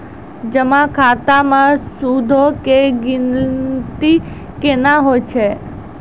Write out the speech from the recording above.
जमा खाता मे सूदो के गिनती केना होय छै?